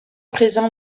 présent